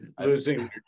Losing